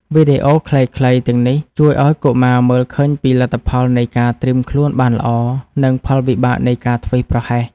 វីដេអូខ្លីៗទាំងនេះជួយឱ្យកុមារមើលឃើញពីលទ្ធផលនៃការត្រៀមខ្លួនបានល្អ និងផលវិបាកនៃការធ្វេសប្រហែស។